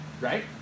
right